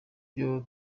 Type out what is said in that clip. byo